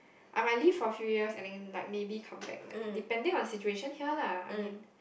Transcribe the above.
I might live for fews years and then like maybe compare like depending the situation here lah I mean